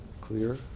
clear